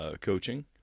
coaching